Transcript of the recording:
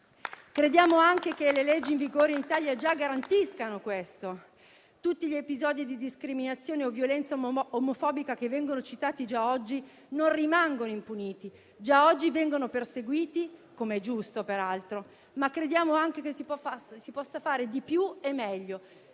Crediamo anche che le leggi in vigore in Italia già garantiscano questo: tutti gli episodi di discriminazione o violenza omofobica che vengono citati oggi non rimangono impuniti; già oggi vengono perseguiti, com'è giusto che sia, ma crediamo che si possa fare di più e meglio.